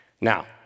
Now